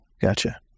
gotcha